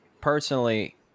personally